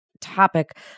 topic